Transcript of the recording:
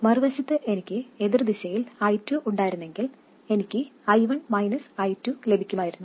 മറുവശത്ത് എനിക്ക് എതിർദിശയിൽ I2 ഉണ്ടായിരുന്നെങ്കിൽ എനിക്ക് I1 I2 ലഭിക്കുമായിരുന്നു